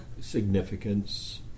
significance